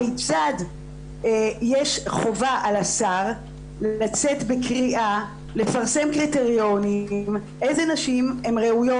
כיצד יש חובה על השר לצאת בקריאה לפרסם קריטריונים איזה נשים הן ראויות